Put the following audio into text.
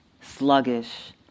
Sluggish